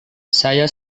saya